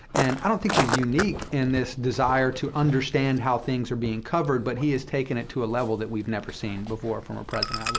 and i don't think he's unique in this desire to understand how things are being covered, but he has taken it to a level that we've never seen before from a president,